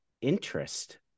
interest